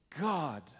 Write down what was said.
God